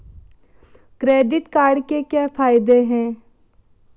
Credit card के क्या फायदे हैं?